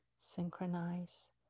Synchronize